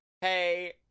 hey